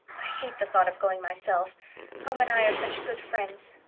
i hate the thought of going myself home and i are such good friends.